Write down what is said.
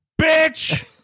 Bitch